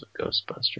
Ghostbusters